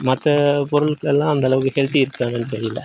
மற்ற பொருட்களெலாம் அந்தளவுக்கு ஹெல்தி இருக்கா என்னான்னு தெரியல